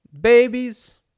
Babies